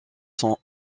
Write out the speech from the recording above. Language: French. son